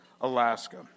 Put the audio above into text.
Alaska